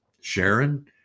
Sharon